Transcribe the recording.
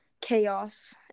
chaos